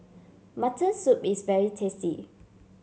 Mutton Soup is very tasty